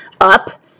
up